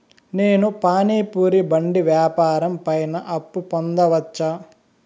నేను పానీ పూరి బండి వ్యాపారం పైన అప్పు పొందవచ్చా?